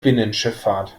binnenschifffahrt